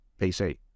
PC